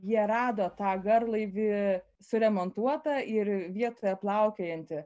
jie rado tą garlaivį suremontuotą ir vietoje plaukiojantį